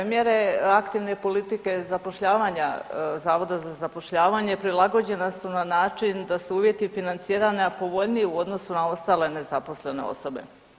Mjere aktivne politike zapošljavanja zavoda za zapošljavanje prilagođena su na način da su uvjeti financiranja povoljniji u odnosu na ostale nezaposlene osobe.